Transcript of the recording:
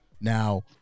Now